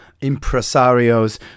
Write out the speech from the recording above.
impresarios